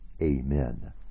amen